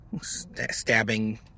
Stabbing